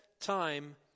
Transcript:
time